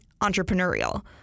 entrepreneurial